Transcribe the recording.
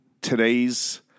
today's